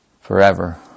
forever